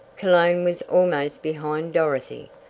cologne was almost behind dorothy,